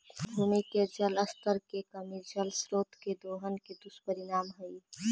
भूमि के जल स्तर के कमी जल स्रोत के दोहन के दुष्परिणाम हई